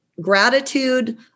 gratitude